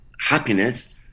happiness